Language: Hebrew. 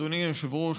אדוני היושב-ראש,